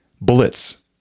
bullets